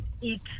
eat